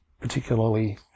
particularly